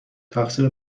تقصیر